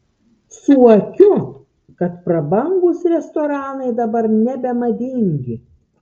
suokiu kad prabangūs restoranai dabar nebemadingi